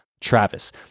Travis